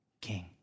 king